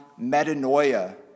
metanoia